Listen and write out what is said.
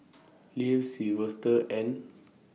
Leif Silvester and